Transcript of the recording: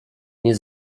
nie